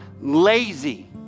lazy